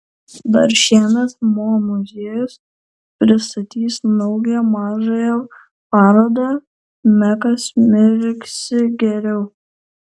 dar šiemet mo muziejus pristatys naują mažąją parodą mekas mirksi geriau